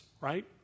right